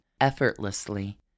effortlessly